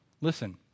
Listen